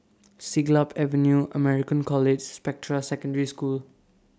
Siglap Avenue American College Spectra Secondary School